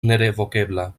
nerevokebla